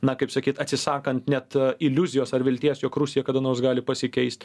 na kaip sakyt atsisakant net iliuzijos ar vilties jog rusija kada nors gali pasikeist